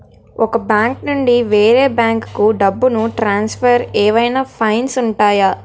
ఒక బ్యాంకు నుండి వేరే బ్యాంకుకు డబ్బును ట్రాన్సఫర్ ఏవైనా ఫైన్స్ ఉంటాయా?